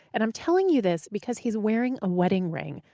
and i'm telling you this, because he's wearing a wedding ring,